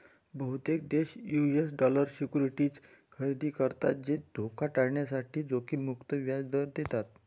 बहुतेक देश US dollar securities खरेदी करतात जे धोका टाळण्यासाठी जोखीम मुक्त व्याज दर देतात